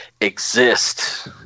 exist